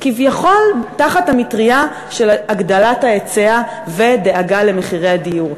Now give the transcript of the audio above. כביכול תחת המטרייה של הגדלת ההיצע ודאגה למחירי הדיור.